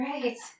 Right